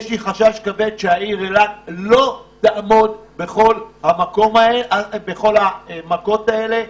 יש לי חשש כבד שהעיר אילת לא תעמוד בכל המכות האלה.